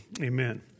amen